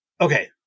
okay